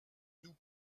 nous